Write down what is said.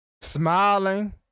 Smiling